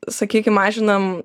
sakykim mažinam